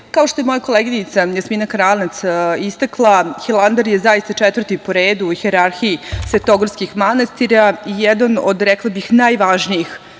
što je moja koleginica Jasmina Karanac istakla, Hilandar je zaista četvrti po redu u hijerarhiji svetogorskih manastira i jedan od, rekla bih, najvažnijih